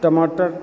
टमाटर